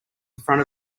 front